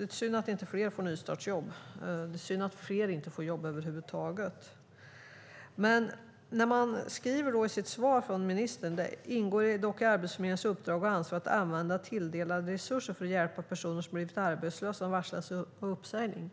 lite synd att inte fler får nystartsjobb, och det är synd att fler inte får jobb över huvud taget. I svaret skriver ministern: "Det ingår dock i Arbetsförmedlingens uppdrag och ansvar att använda tilldelade resurser för att hjälpa personer som blivit arbetslösa eller varslats om uppsägning.